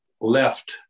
left